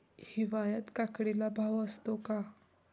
हिवाळ्यात काकडीला भाव असतो का?